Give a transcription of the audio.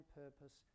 purpose